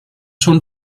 schon